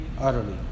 utterly